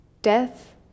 Death